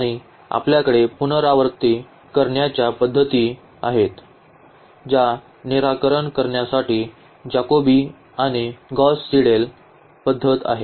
आणि आपल्याकडे पुनरावृत्ती करण्याच्या पद्धती आहेत ज्या निराकरण करण्यासाठी जैकोबी आणि गौस सीडल पद्धत आहेत